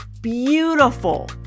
beautiful